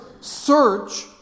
search